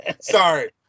Sorry